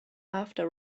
after